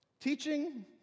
Teaching